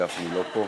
גפני לא פה.